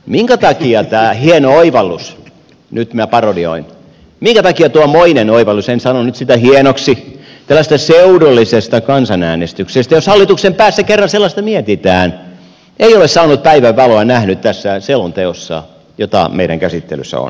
minkä takia tämä hieno oivallus nyt minä parodioin tai minkä takia tuo moinen oivallus eli en sano sitä nyt hienoksi tällaisesta seudullisesta kansanäänestyksestä jos hallituksen päässä kerran sellaista mietitään ei ole päivänvaloa nähnyt tässä selonteossa joka meidän käsittelyssämme on